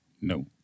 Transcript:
No